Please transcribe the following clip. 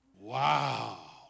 Wow